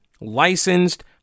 licensed